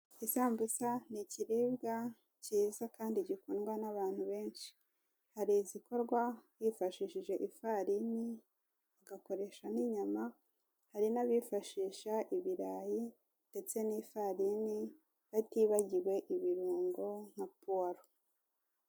Isambusa ni ikiribwa kiza kandi gikundwa n'anbantu benshi, hari izikorwa bifashishije ifarine bagakoresha n'inyama hari n'abifashisha ibirayi ndetse n'ifarine batibagiwe ibirungo nka puwaro.